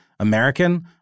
American